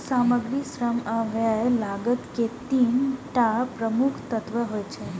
सामग्री, श्रम आ व्यय लागत के तीन टा प्रमुख तत्व होइ छै